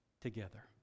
together